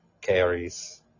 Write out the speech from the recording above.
carries